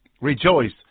Rejoice